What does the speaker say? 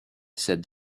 said